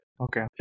Okay